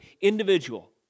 individual